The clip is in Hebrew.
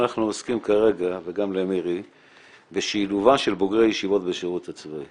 אנחנו עוסקים כרגע בשילובם של בוגרי ישיבות בשירות הצבאי.